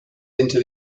into